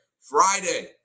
Friday